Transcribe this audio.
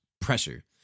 pressure